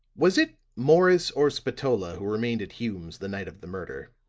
was it morris or spatola who remained at hume's the night of the murder?